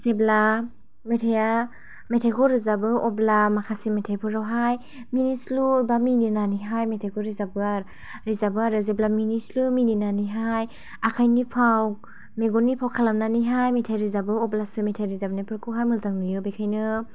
जेब्ला मेथाइया मेथाइखौ रोजाबो अब्ला माखासे मेथाइफोरावहाय मिनिस्लु बा मिनिनानैहाय मेथाइखौ रोजाबो आरो रोजाबो आरो जेब्ला मिनिस्लु मिनिनानैहाय आखाइनि फाव मेगननि फाव खालामनानैहाय मेथाइ रोजाबो अब्लासो मेथाइ रोजानाइफोरखौहाय मोजां नुयो बेखायनो